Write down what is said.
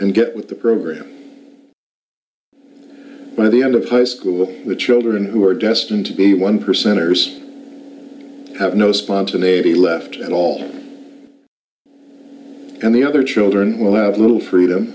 and get with the group by the end of high school the children who are destined to be one percenters have no spontaneity left at all and the other children will have little freedom